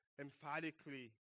emphatically